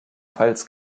pfalz